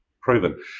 proven